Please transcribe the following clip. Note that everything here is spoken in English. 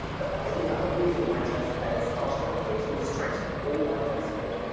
but there was another reason why tennis players started to adhere to the strict all-white dress code.